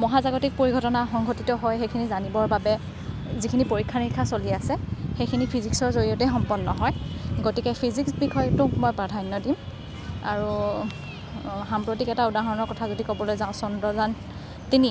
মহাজাগতিক পৰিঘটনা সংঘটিত হয় সেইখিনি জানিবৰ বাবে যিখিনি পৰীক্ষা নিৰীক্ষা চলি আছে সেইখিনি ফিজিক্সৰ জৰিয়তে সম্পন্ন হয় গতিকে ফিজিক্স বিষয়টোক মই প্ৰাধান্য দিম আৰু সাম্প্ৰতিক এটা উদাহৰণৰ কথা যদি ক'বলৈ যাওঁ চন্দ্ৰযান তিনি